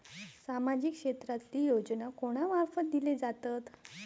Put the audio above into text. सामाजिक क्षेत्रांतले योजना कोणा मार्फत दिले जातत?